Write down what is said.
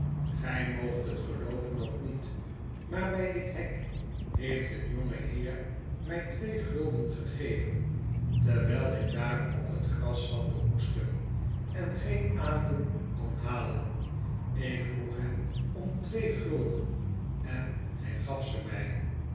gy moogt het gelooven of niet maar by dit hek heeft een jongeheer my twee gulden gegeven terwijl ik daar op het gras zat te hoesten en geen adem kon halen ik vroeg hem om twee gulden en hy gaf ze my